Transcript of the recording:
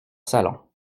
salon